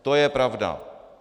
To je pravda.